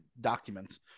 documents